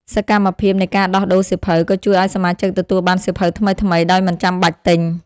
សកម្មភាពនៃការដោះដូរសៀវភៅ ក៏ជួយឱ្យសមាជិកទទួលបានសៀវភៅថ្មីៗដោយមិនចាំបាច់ទិញ។